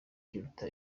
kiruta